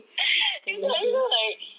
it's like you know like